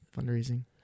fundraising